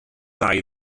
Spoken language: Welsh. ddau